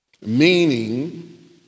meaning